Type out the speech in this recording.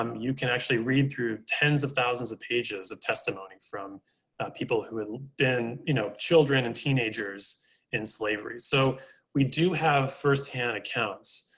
um you can actually read through ten s of thousands of pages of testimony from people who have been, been, you know, children and teenagers in slavery. so we do have firsthand accounts,